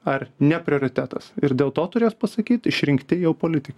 ar ne prioritetas ir dėl to turės pasakyt išrinkti jau politik